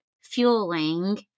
fueling